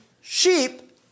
Sheep